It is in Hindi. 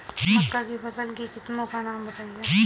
मक्का की फसल की किस्मों का नाम बताइये